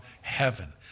heaven